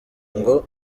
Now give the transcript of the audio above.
ngo